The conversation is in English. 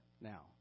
now